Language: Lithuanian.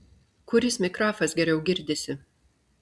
kuris mikrafas geriau girdisi